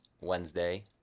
Wednesday